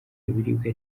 ibiribwa